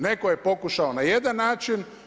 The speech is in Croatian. Netko je pokušao na jedan način.